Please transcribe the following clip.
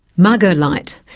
margot light,